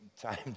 time